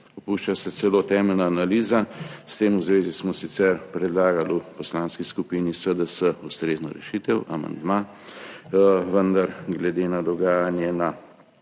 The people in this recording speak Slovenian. Opušča se celo temeljna analiza. S tem v zvezi smo sicer predlagali v Poslanski skupini SDS ustrezno rešitev, amandma, vendar glede na dogajanje na